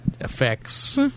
effects